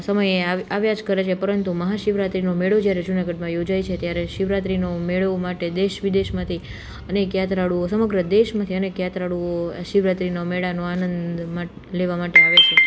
સમયે આવ્યા જ કરે છે પરંતુ મહાશિવરાત્રિનો મેળો જ્યારે જુનાગઢમાં યોજાય છે ત્યારે શિવરાત્રીનો મેળો માટે દેશ વિદેશમાંથી અનેક યાત્રાળુઓ સમગ્ર દેશમાંથી અનેક યાત્રાળુઓ આ શિવરાત્રિના મેળાનો આનંદ લેવા માટે આવે છે